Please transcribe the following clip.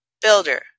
builder